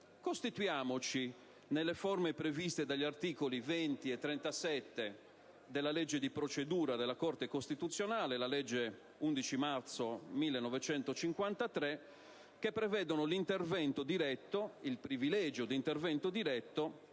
costituiamoci nelle forme previste dagli articoli 20 e 37 della legge di procedura della Corte costituzionale (la legge n. 87 dell'11 marzo 1953) che prevedono l'intervento diretto, il privilegio dell'intervento diretto,